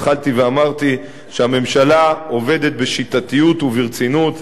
התחלתי ואמרתי שהממשלה עובדת בשיטתיות וברצינות,